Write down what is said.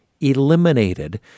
eliminated